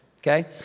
okay